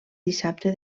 dissabte